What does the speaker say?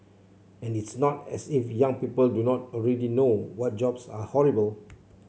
and it's not as if young people do not already know what jobs are horrible